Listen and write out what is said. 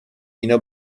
اینا